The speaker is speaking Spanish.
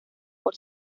por